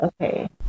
Okay